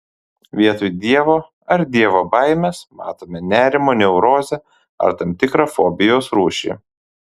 vietoj dievo ar dievo baimės matome nerimo neurozę ar tam tikrą fobijos rūšį